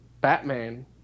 Batman